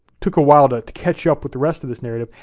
took a while to catch up with the rest of this narrative,